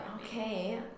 Okay